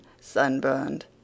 sunburned